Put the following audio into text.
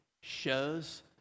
shows